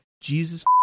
Jesus